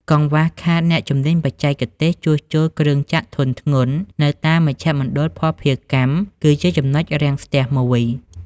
កង្វះខាតអ្នកជំនាញបច្ចេកទេស "ជួសជុលគ្រឿងចក្រធុនធ្ងន់" នៅតាមមជ្ឈមណ្ឌលភស្តុភារកម្ម គឺជាចំណុចរាំងស្ទះមួយ។